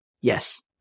yes